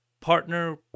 partner